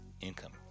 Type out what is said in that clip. income